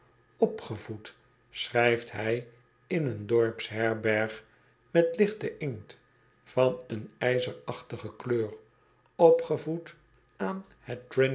opgevoed schrijft hij in een dorpsherberg met lichte inkt van een ijzerachtige kleur opgevoed aan t